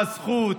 מה הזכות,